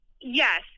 Yes